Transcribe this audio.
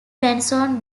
benson